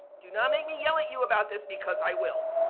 do not make me yell at you about this because i will.